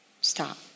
stop